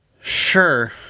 Sure